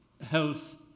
health